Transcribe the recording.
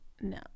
No